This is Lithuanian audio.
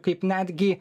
kaip netgi